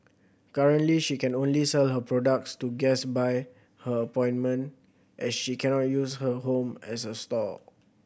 currently she can only sell her products to guest by her as she cannot use her home as a store